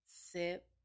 sip